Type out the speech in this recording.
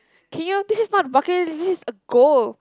this is not the bucket list this is a goal